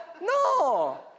No